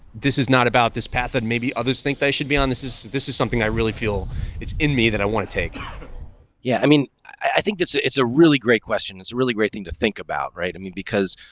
this is not about this path, and maybe others think they should be on this is this is something i really feel it's in me that i want to take. spk zero yeah, i mean, i think that's ah it's a really great question. it's a really great thing to think about, right? i mean, because,